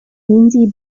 lindsay